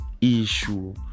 issue